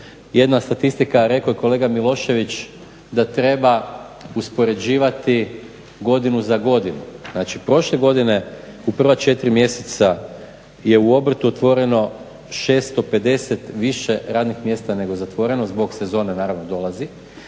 jedna statistika, rekao je kolega Milošević da treba uspoređivati godinu za godinom. Znači prošle godine u prva četiri mjeseca je u obrtu otvoreno 650 više radnih mjesta nego zatvoreno zbog sezone, naravno dolazi.